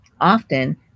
often